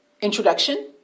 introduction